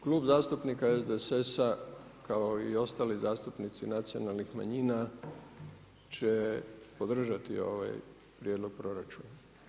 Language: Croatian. Klub zastupnika SDSS-a kao i ostali zastupnici nacionalnih manjina će podržati ovaj prijedlog proračuna.